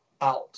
out